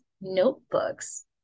notebooks